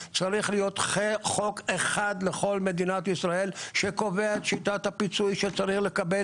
צריך להיות חוק אחד לכול מדינת ישראל שקובע את שיטת הפיצוי שצריך לקבל.